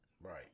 Right